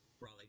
Raleigh